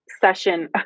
session